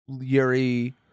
Yuri